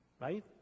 right